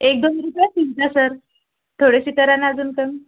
एक दोन रुपये सूट द्या सर थोडेसे करा ना अजून कमी